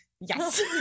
yes